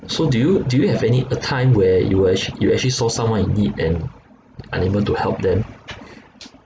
so do you do you have any a time where you were ac~ you actually saw someone in need and unable to help them